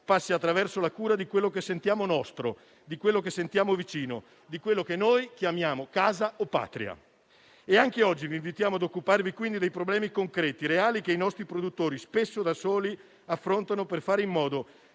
passi attraverso la cura di quello che sentiamo nostro, di quello che sentiamo vicino, di quello che noi chiamiamo casa o Patria. Anche oggi vi invitiamo ad occuparvi quindi dei problemi concreti e reali che i nostri produttori, spesso da soli, affrontano per fare in modo